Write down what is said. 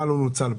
מה לא נוצל בו?